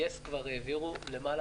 יס כבר העבירו למעלה